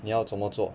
你要怎么做